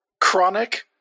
chronic